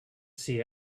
see